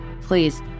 Please